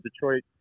Detroit